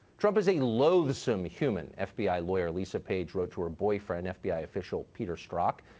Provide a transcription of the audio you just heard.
trump is a loathesome human fbi lawyer lisa page wrote to her boyfriend fbi official peter strzok.